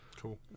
Cool